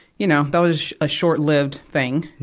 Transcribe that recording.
you know, that was a short-lived thing.